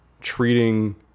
treating